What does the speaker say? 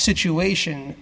situation